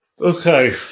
Okay